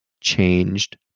changed